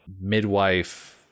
midwife